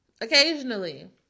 occasionally